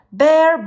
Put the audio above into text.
bear